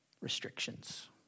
restrictions